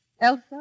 Elsa